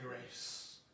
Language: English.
grace